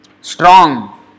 strong